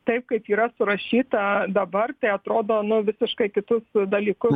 taip kaip yra surašyta dabar tai atrodo nu visiškai kitokius dalykus